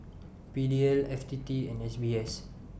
P D L F T T and S B S